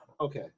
Okay